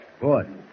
Good